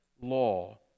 law